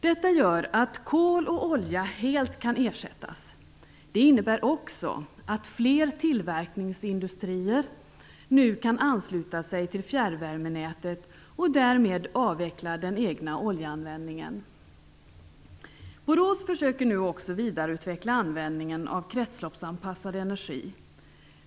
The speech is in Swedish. Detta gör att kol och olja helt kan ersättas. Det innebär också att fler tillverkningsindustrier nu kan ansluta sig till fjärrvärmeverket och därmed avveckla den egna oljeanvändningen. Borås försöker nu också vidareutveckla användningen av kretsloppsanpassad energi.